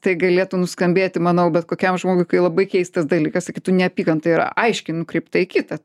tai galėtų nuskambėti manau bet kokiam žmogui kai labai keistas dalykas sakytų neapykanta yra aiškiai nukreipta į kitą